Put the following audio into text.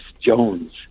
Jones